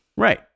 Right